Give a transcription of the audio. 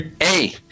hey